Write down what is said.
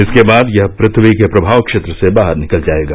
इसके बाद यह पृथ्यी के प्रभाव क्षेत्र से बाहर निकल जाएगा